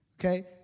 Okay